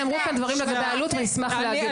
נאמרו כאן דברים לגבי אלו"ט ונשמח להגיב על זה.